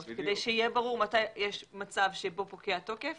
כדי שיהיה ברור מתי יש מצב שבו פוקע התוקף